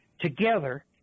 together